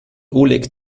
oleg